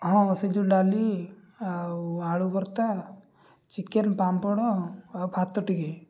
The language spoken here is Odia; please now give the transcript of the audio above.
ହଁ ସେ ଯେଉଁ ଡାଲି ଆଉ ଆଳୁ ଭର୍ତ୍ତା ଚିକେନ ପାମ୍ପଡ଼ ଆଉ ଭାତ ଟିକେ